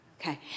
Okay